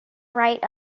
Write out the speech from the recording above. right